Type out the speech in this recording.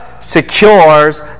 secures